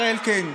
אלקין,